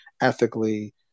ethically